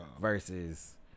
Versus